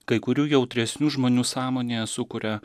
kai kurių jautresnių žmonių sąmonėje sukuria